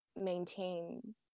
maintain